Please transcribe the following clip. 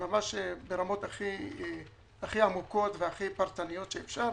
ממש ברמות הכי עמוקות והכי פרטניות שאפשר.